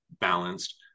balanced